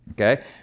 Okay